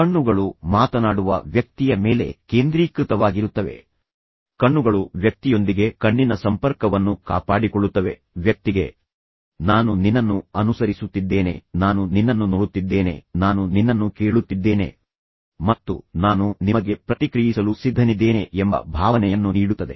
ಕಣ್ಣುಗಳು ಮಾತನಾಡುವ ವ್ಯಕ್ತಿಯ ಮೇಲೆ ಕೇಂದ್ರೀಕೃತವಾಗಿರುತ್ತವೆ ಕಣ್ಣುಗಳು ವ್ಯಕ್ತಿಯೊಂದಿಗೆ ಕಣ್ಣಿನ ಸಂಪರ್ಕವನ್ನು ಕಾಪಾಡಿಕೊಳ್ಳುತ್ತವೆ ವ್ಯಕ್ತಿಗೆ ನಾನು ನಿನ್ನನ್ನು ಅನುಸರಿಸುತ್ತಿದ್ದೇನೆ ನಾನು ನಿನ್ನನ್ನು ನೋಡುತ್ತಿದ್ದೇನೆ ನಾನು ನಿನ್ನನ್ನು ಕೇಳುತ್ತಿದ್ದೇನೆ ಮತ್ತು ನಾನು ನಿಮಗೆ ಪ್ರತಿಕ್ರಿಯಿಸಲು ಸಿದ್ಧನಿದ್ದೇನೆ ಎಂಬ ಭಾವನೆಯನ್ನು ನೀಡುತ್ತದೆ